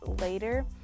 later